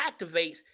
activates